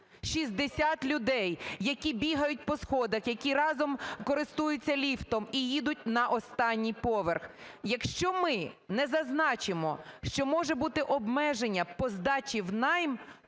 60 людей, які бігають по сходах, які разом користуються ліфтом і їдуть на останній поверх. Якщо ми не зазначимо, що може бути обмеження по здачі в найм,